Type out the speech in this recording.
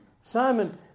Simon